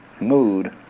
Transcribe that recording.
mood